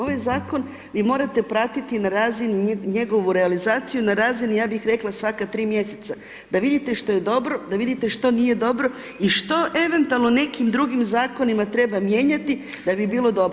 Ovaj zakon vi morate pratiti na razini, njegovu realizaciju na razini ja bih rekla svaka tri mjeseca, da vidite što je dobro, da vidite što nije dobro i što eventualno nekim drugim zakonima treba mijenjati da bi bilo dobro.